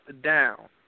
down